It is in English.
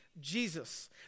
Jesus